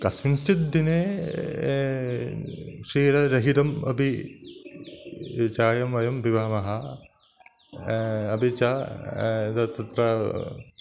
कस्मिंश्चिद् दिने क्षीररहितम् अपि चायं वयं पिबामः अपि च तत् तत्र